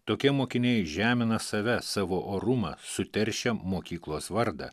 tokie mokiniai žemina save savo orumą suteršia mokyklos vardą